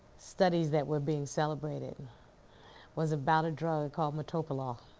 studies that were being celebrated was about a drug called metoprolol